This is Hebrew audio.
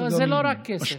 לא, זה לא רק כסף.